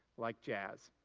like jazz.